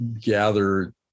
gather